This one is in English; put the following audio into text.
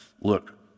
Look